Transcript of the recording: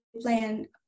plan